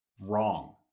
wrong